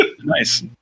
nice